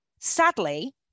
Sadly